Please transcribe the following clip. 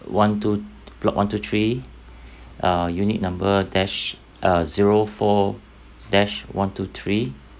one two block one two three uh unit number dash uh zero four dash one two three